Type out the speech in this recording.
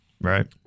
right